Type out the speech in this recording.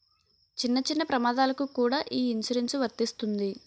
చిన్న చిన్న ప్రమాదాలకు కూడా ఈ ఇన్సురెన్సు వర్తిస్తుంది